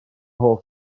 hoff